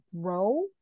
grow